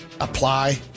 apply